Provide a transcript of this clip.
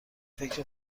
فکر